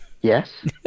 Yes